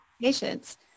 patients